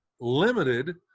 limited